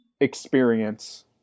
experience